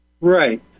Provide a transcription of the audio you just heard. right